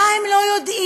מה הם לא יודעים?